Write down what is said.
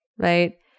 right